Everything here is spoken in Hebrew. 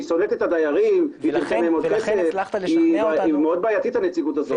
הנציגות הזאת מאוד בעייתית.